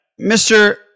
Mr